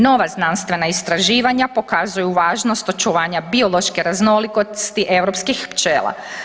Nova znanstvena istraživanja pokazuju važnost očuvanja biološke raznolikosti europskih pčela.